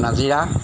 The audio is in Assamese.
নাজিৰা